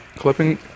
Clipping